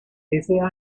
ese